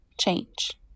Change